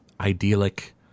idyllic